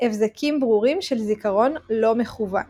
הבזקים ברורים של זיכרון לא מכוון